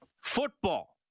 Football